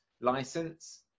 license